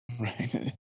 Right